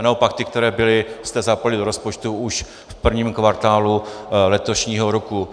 A naopak ty, které byly, jste zapojili do rozpočtu už v prvním kvartálu letošního roku.